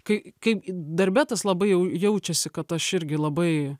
kai kai darbe tas labai jau jaučiasi kad aš irgi labai